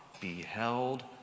beheld